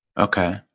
Okay